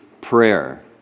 prayer